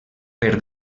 per